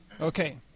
Okay